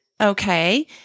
Okay